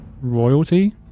royalty